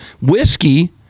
whiskey